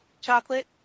Chocolate